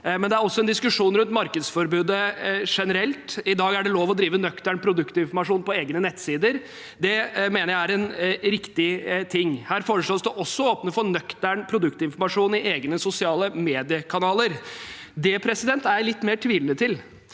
salen. Det er også en diskusjon rundt markedsforbudet generelt. I dag er det lov å drive nøktern produktinformasjon på egne nettsider. Det mener jeg er riktig. Her foreslås det også å åpne for nøktern produktinformasjon i egne sosiale medier-kanaler. Det er jeg litt mer tvilende til.